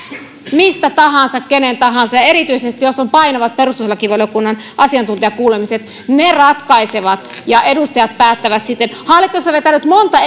mistä tahansa kenen tahansa ja ja erityisesti jos on painavat perustuslakivaliokunnan asiantuntijakuulemiset ne ratkaisevat ja edustajat päättävät sitten hallitus on vetänyt monta